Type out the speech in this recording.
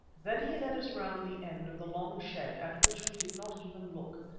then he led us round the end of the long shed at which we did not even look,